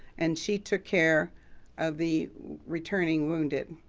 and she took care of the returning wounded.